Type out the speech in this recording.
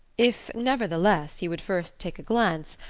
if, nevertheless, you would first take a glance.